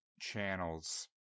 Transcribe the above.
channels